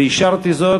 ואישרתי זאת.